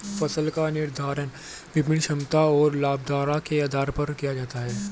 फसल का निर्धारण विपणन क्षमता और लाभप्रदता के आधार पर किया जाता है